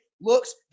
looks